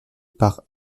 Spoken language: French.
par